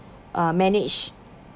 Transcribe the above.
um manage